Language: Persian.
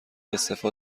استعفا